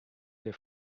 der